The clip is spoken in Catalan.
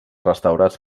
restaurats